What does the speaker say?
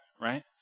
right